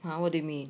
what do you mean